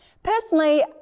Personally